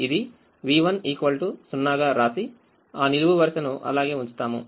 ఇది v10 గారాశి ఆ నిలువు వరుసను అలాగే ఉంచుతాము